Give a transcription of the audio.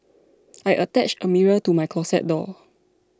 I attached a mirror to my closet door